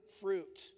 fruit